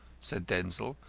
said denzil.